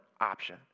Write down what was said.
option